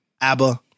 Abba